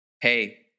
Hey